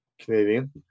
Canadian